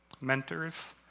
mentors